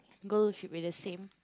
girl should be the same